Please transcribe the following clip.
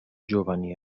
giovani